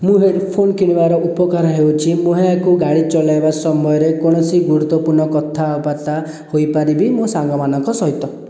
ମୁଁ ହେଡ଼ଫୋନ୍ କିଣିବାର ଉପକାର ହେଉଛି ମୁଁ ଏହାକୁ ଗାଡ଼ି ଚଲାଇବା ସମୟରେ କୌଣସି ଗୁରୁତ୍ୱପୂର୍ଣ୍ଣ କଥାବାର୍ତ୍ତା ହୋଇପାରିବି ମୋ ସାଙ୍ଗମାନଙ୍କ ସହିତ